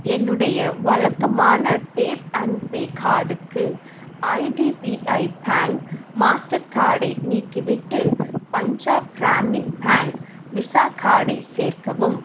என்னுடைய வழக்கமான tap and pay கார்டுக்கு ஐடிபிஐ பேங்க் மாஸ்டர் கார்டை நீக்கிவிட்டு பஞ்சாப் கிராமின் பேங்க் விசா கார்டை சேர்க்கவும்